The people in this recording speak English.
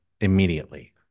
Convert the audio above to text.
immediately